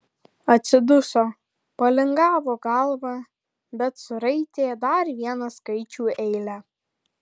atsiduso palingavo galvą bet suraitė dar vieną skaičių eilę